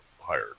higher